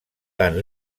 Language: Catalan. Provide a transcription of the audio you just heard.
tant